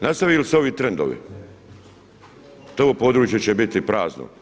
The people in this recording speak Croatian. Nastave li se ovi trendovi to područje će biti prazno.